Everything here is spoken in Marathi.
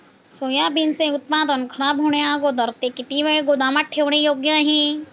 सोयाबीनचे उत्पादन खराब होण्याअगोदर ते किती वेळ गोदामात ठेवणे योग्य आहे?